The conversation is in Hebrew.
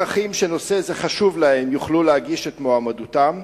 3. האם אזרחים שנושא זה חשוב להם יוכלו להגיש את מועמדותם?